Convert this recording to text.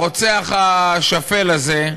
הרוצח השפל הזה,